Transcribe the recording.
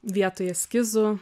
vietoj eskizų